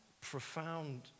profound